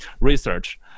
research